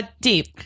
Deep